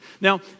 Now